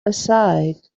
aside